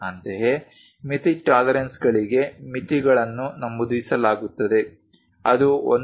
ಅಂತೆಯೇ ಮಿತಿ ಟಾಲರೆನ್ಸ್ ಗಳಿಗೆ ಮಿತಿಗಳನ್ನು ನಮೂದಿಸಲಾಗುತ್ತದೆ ಅದು 1